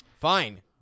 Fine